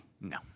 No